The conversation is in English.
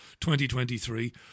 2023